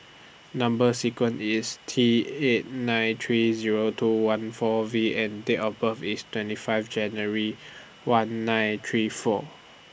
Number sequence IS T eight nine three Zero two one four V and Date of birth IS twenty five January one nine three four